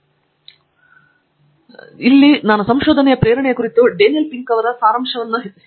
ಫಣಿಕುಮಾರ್ ಆದ್ದರಿಂದ ಇಲ್ಲಿ ನಾನು ಪ್ರೇರಣೆ ಕುರಿತು ಸಂಶೋಧನೆಯಿಂದ ಡೇನಿಯಲ್ ಪಿಂಕ್ ಅನ್ನು ಸಾರಾಂಶ ಮಾಡಿದ್ದಕ್ಕೆ ಸಂಬಂಧಿಸಿದೆ